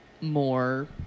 more